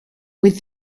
with